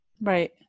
right